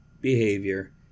behavior